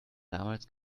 damals